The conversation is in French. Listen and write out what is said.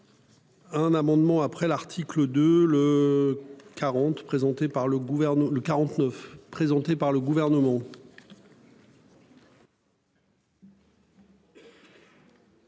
Un amendement après l'article de le. 40 présenté par le gouvernement